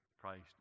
Christ